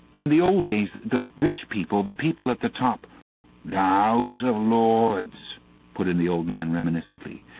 in the old days, the rich people, the people at the top the ouse of lords put in the old man reminiscently.